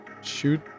Shoot